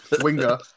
winger